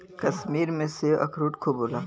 कश्मीर में सेब, अखरोट खूब होला